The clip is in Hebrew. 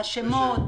מה השמות.